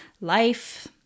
Life